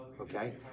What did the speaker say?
okay